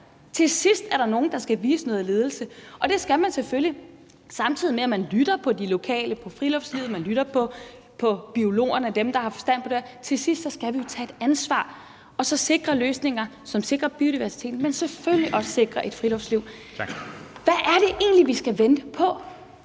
Til sidst er der nogen, der skal vise noget ledelse, og det skal man selvfølgelig, samtidig med at man lytter til de lokale i friluftslivet, man lytter til biologerne og dem, der har forstand på det. Til sidst skal vi jo tage et ansvar og sikre løsninger, som sikrer biodiversiteten, men selvfølgelig også sikrer et friluftsliv. Hvad er det egentlig, vi skal vente på?